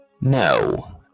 No